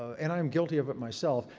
and i am guilty of it myself.